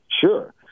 Sure